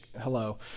hello